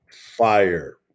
fire